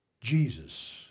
Jesus